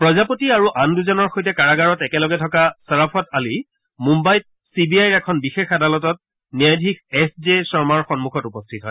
প্ৰজাপতি আৰু আন দুজনৰ সৈতে কাৰাগাৰত একেলগে থকা ছাৰাফট আলী মুম্বাইত চি বি আইৰ এখন বিশেষ আদালতত ন্যায়াধীশ এছ জে শৰ্মাৰ সন্মখত উপস্থিত হয়